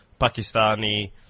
Pakistani